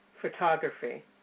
photography